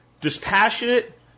Dispassionate